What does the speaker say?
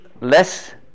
less